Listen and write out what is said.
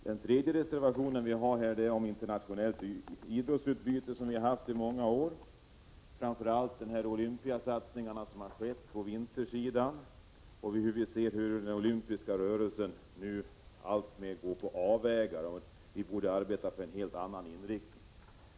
Vår tredje reservation gäller frågan om internationellt idrottsutbyte, något som vårt land har haft i många år. Framför allt har Sverige satsat på att få en vinterolympiad. Men vi ser nu hur den olympiska rörelsen alltmer kommer på avvägar. Vi borde arbeta för att ge den en helt annan inriktning.